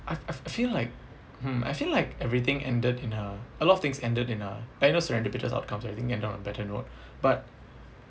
I feel I feel like hmm I feel like everything ended in a a lot of things ended in a either surreptitious outcomes or I think ended on a better note but